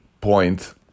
point